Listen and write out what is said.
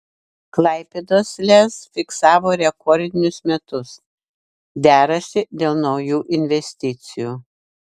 klaipėdos lez fiksavo rekordinius metus derasi dėl naujų investicijų